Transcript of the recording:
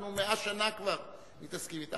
אנחנו 100 שנה כבר מתעסקים אתה.